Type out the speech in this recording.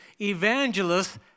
evangelists